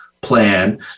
plan